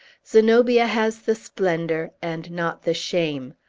zenobia has the splendor, and not the shame.